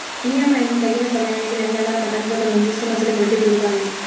EMI లను తగిన సమయానికి నెలనెలా కట్టకపోతే మనం తీసుకున్న అసలుకి వడ్డీ పెరుగుతాది